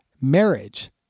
marriage